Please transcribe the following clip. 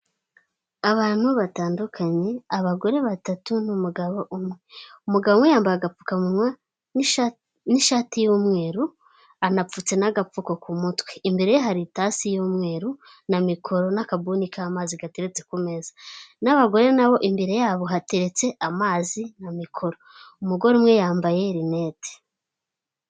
Abantu batandukanye abagore batatu n'umugabo umwe, umugabo yambaye agapfukamunwa n'ishati y'umweru anapfutse n'agapfuko ku mutwe, imbere ye hari itasi y'umweru na mikoro n'akabuni k'amazi gateretse ku meza n'abagore na bo imbere yabo hatetse amazi na mikoro, umugore umwe yambaye rinete.